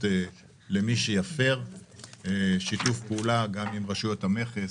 יש לנו שיתוף פעולה עם רשויות המכס,